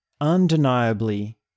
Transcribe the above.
undeniably